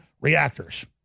reactors